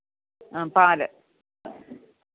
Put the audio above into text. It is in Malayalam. ആ പാല്